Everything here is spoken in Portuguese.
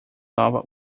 nova